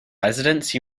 residents